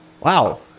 wow